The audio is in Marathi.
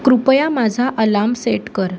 कृपया माझा अलाम सेट कर